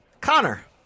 Connor